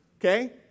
okay